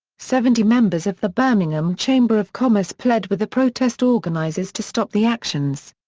seventy members of the birmingham chamber of commerce pled with the protest organizers to stop the actions.